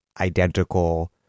identical